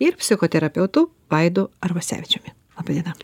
ir psichoterapeutu vaidu arvasevičiumi laba diena